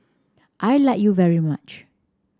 I like you very much